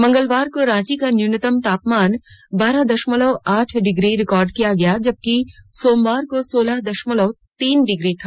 मंगलवार को रांची का न्यूनतम तापमान बारह दशमलव आठ डिग्री रिकॉर्ड किया गया जबकि सोमवार को सोलह दशमलव तीन डिग्री था